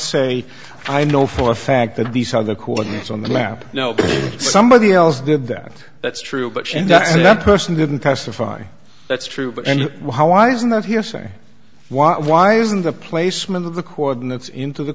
say i know for a fact that these are the coordinates on the map no somebody else did that that's true but she and person didn't testify that's true but and why isn't that hearsay why why isn't the placement of the coordinates into the